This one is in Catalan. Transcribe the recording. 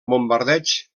bombardeig